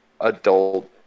adult